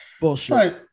Bullshit